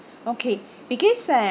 okay because um